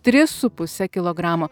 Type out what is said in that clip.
tris su puse kilogramo